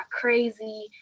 crazy